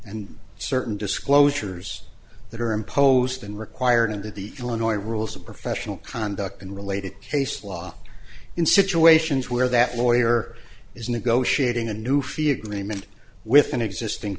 and certain disclosures that are imposed and require and that the illinois rules of professional conduct and related case law in situations where that lawyer is negotiating a new fee agreement with an existing